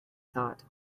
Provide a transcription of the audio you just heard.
thought